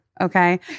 okay